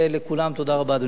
תודה רבה, אדוני היושב-ראש.